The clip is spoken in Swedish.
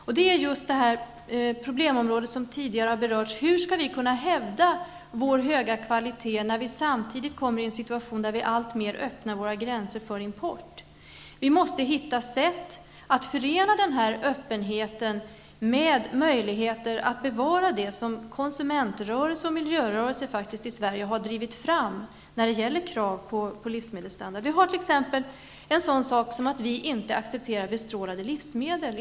Jag tänker särskilt på det problemområde som här tidigare har berörts: Hur skall vi kunna hävda vår höga kvalitet, när vi samtidigt kommer i en situation där vi alltmer öppnar våra gränser för import? Vi måste hitta sätt att förena denna öppenhet med möjligheter att bevara det som konsumentrörelse och miljörörelse i Sverige faktiskt har drivit fram i form av krav på livsmedelsstandard. Låt mig t.ex. peka på det förhållandet att vi i Sverige inte accepterar bestrålade livsmedel.